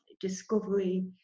discovery